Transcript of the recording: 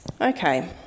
Okay